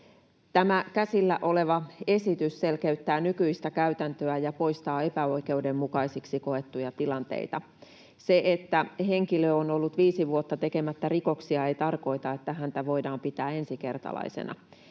Tämä käsillä oleva esitys selkeyttää nykyistä käytäntöä ja poistaa epäoikeudenmukaisiksi koettuja tilanteita. Se, että henkilö on ollut viisi vuotta tekemättä rikoksia, ei tarkoita, että häntä voidaan pitää ensikertalaisena.